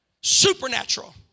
Supernatural